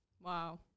Wow